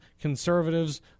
conservatives